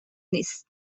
نیست